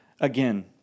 again